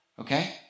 Okay